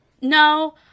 no